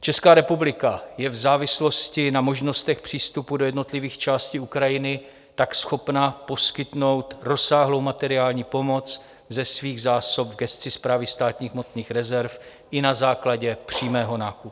Česká republika je tak v závislosti na možnostech přístupu do jednotlivých částí Ukrajiny schopna poskytnout rozsáhlou materiální pomoc ze svých zásob v gesci Správy státních hmotných rezerv i na základě přímého nákupu.